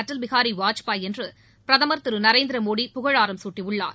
அடல் பிஹாரி வாஜ்பாய் என்று பிரதமர் திரு நரேந்திரமோடி புகழாரம் சூட்டியுள்ளார்